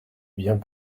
viens